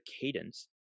cadence